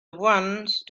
once